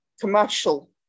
commercial